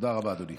תודה רבה, אדוני.